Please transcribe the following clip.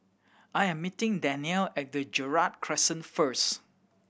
I am meeting Dannielle at Gerald Crescent first